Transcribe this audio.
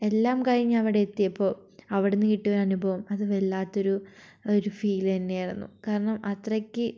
എല്ലാം കഴിഞ്ഞ് അവിടെ എത്തിയപ്പോള് അവിടെനിന്ന് കിട്ടിയ ഒരനുഭവം അത് വല്ലാത്തൊരു ഒരു ഫീല് തന്നെയായിരുന്നു കാരണം അത്രയ്ക്ക്